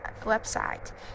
website